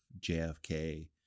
JFK